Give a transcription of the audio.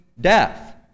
death